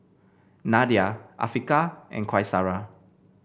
Nadia Afiqah and Qaisara